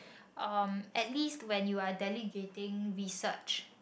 um at least when you are delegating research